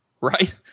right